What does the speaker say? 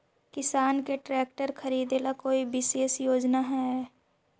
किसान के ट्रैक्टर खरीदे ला कोई विशेष योजना हई?